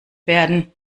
werden